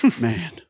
Man